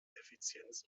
effizienz